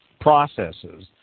processes